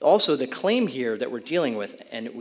also the claim here that we're dealing with and we